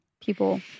people